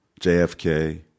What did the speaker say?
JFK